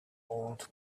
old